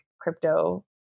crypto